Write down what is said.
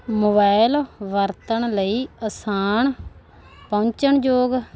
mobile ਵਰਤਣ ਲਈ ਆਸਾਨ ਪਹੁੰਚਣ ਯੋਗ